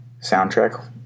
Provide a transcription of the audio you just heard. soundtrack